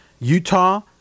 Utah